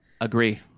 Agree